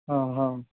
हं हं